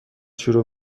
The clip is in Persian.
شروع